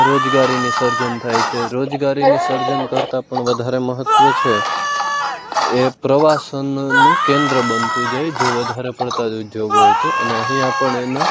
રોજગારીની સર્જન થાય છે રોજગારીની સર્જન કરતાં પણ વધારે મહત્ત્વ છે એ પ્રવાસનનું કેન્દ્ર બનતું જાય જો વધારે પડતાં જ ઉધોગો હોય તો અને અહીંયા પણ એના